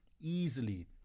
easily